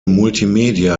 multimedia